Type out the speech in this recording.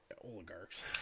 oligarchs